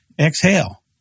Exhale